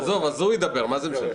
עזוב, אז הוא ידבר, מה זה משנה.